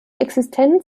existenz